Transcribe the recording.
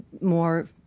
more